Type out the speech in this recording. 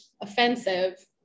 offensive